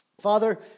Father